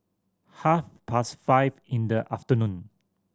half past five in the afternoon